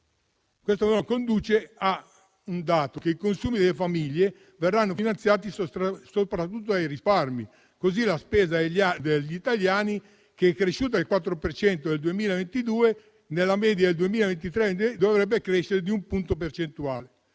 fenomeno conduce al fatto che i consumi delle famiglie verranno finanziati soprattutto dai risparmi. La spesa degli italiani, che è cresciuta del 4 per cento nel 2022, nella media del 2023 dovrebbe crescere di un punto percentuale.